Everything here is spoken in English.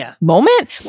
moment